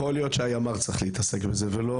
יכול להיות שהימ"ר צריך להתעסק עם זה ולא